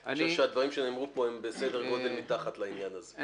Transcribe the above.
אני חושב שהדברים שנאמרו פה הם בסדר גודל מתחת לעניין הזה.